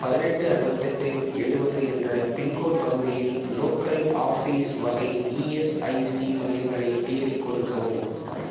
பதினெட்டு அறுபத்தெட்டு எழுபது என்ற பின்கோடு பகுதியில் லோக்கல் ஆஃபீஸ் வகை இஎஸ்ஐசி மையங்களைத் தேடிக் கொடுக்கவும்